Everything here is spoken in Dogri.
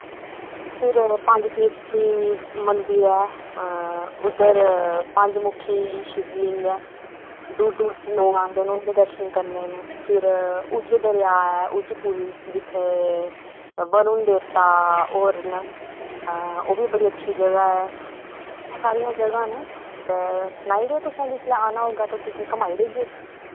फिर पंजतीर्थी मंदर ऐ उद्धर पंजमुखी शिव जी न दूर दूर दे लोग आंदे न उं'दे दर्शन करने गी फिर उज्झ दरेआ ऐ उज्झ पुल जित्थें वरूण देवता होर न ओह्बी बड़ी अच्छी जगह ऐ एह् सारियां जगह न तेसनाई ओड़ेओ जिसलै तुसें आना होगा ते घूमाही दैगे